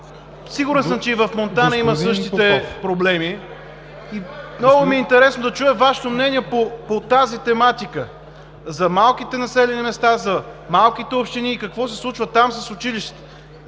Сигурен съм, че и в Монтана има същите проблеми. (Шум и реплики.) Много ми е интересно да чуя Вашето мнение по тази тематика – за малките населени места, за малките общини и какво се случва там с училищата.